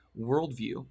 worldview